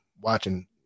watching